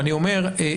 אני אומר,